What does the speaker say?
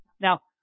Now